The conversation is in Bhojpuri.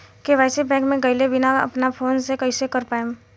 के.वाइ.सी बैंक मे गएले बिना अपना फोन से कइसे कर पाएम?